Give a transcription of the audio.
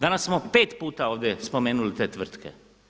Danas smo pet puta ovdje spomenuli te tvrtke.